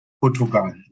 Portugal